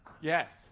Yes